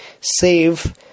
save